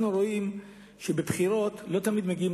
אנחנו רואים שבבחירות לא תמיד מגיעים